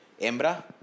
hembra